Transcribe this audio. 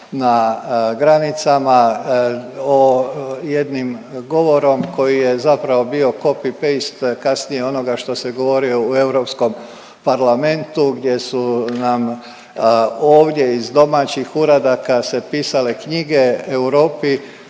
na granicama, o jednim govorim koji je zapravo bio copy-paste kasnije onoga što se govorilo u Europskom parlamentu gdje su nam ovdje iz domaćih uradaka se pisale knjige Europi